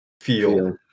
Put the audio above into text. feel